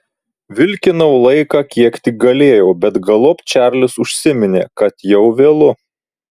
vilkinau laiką kiek tik galėjau bet galop čarlis užsiminė kad jau vėlu